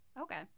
okay